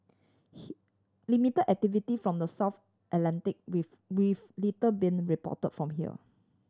limit activity from the south Atlantic with with little being report from here